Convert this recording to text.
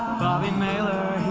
bobby maler